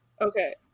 Okay